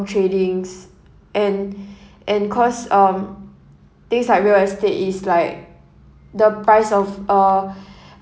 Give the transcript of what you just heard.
tradings and and cause um things like real estate is like the price of a